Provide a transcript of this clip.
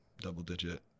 double-digit